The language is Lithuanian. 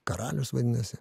karalius vadinasi